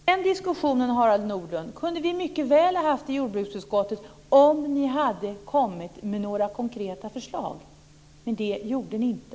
Fru talman! Den diskussionen, Harald Nordlund, kunde vi mycket väl ha haft i miljö och jordbruksutskottet om ni hade kommit med några konkreta förslag, men det gjorde ni inte.